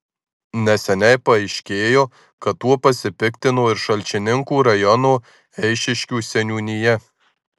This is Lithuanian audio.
neseniai paaiškėjo kad tuo pasipiktino ir šalčininkų rajono eišiškių seniūnija